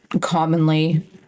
commonly